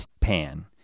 pan